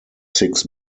six